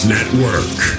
Network